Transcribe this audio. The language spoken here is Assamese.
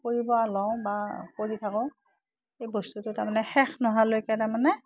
কৰিব লওঁ বা কৰি থাকোঁ এই বস্তুটো তাৰমানে শেষ নোহাৱালৈকে তাৰমানে